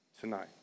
tonight